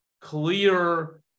clear